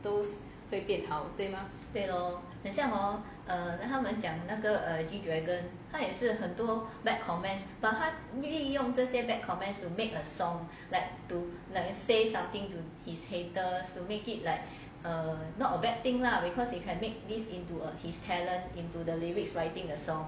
都会变好对吗